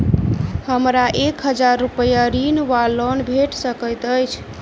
हमरा एक हजार रूपया ऋण वा लोन भेट सकैत अछि?